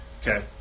Okay